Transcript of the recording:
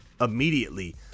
Immediately